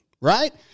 right